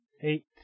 eight